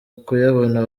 kuyabona